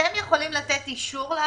אתם יכולים לתת אישור?